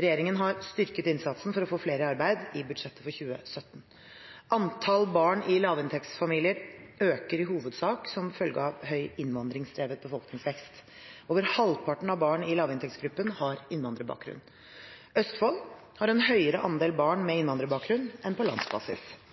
Regjeringen har styrket innsatsen i budsjettet for 2017for å få flere i arbeid. Antall barn i lavinntektsfamilier øker i hovedsak som følge av en høy innvandringsdrevet befolkningsvekst. Over halvparten av barn i lavinntektsgruppen har innvandrerbakgrunn. Østfold har en høyere andel barn med